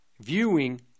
viewing